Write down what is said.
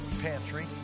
pantry